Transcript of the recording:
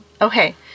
Okay